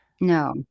No